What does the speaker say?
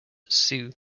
sioux